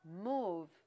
move